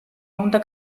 უნდა